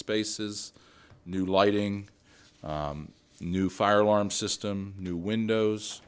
spaces new lighting new fire alarm system new windows